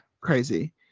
Crazy